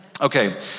Okay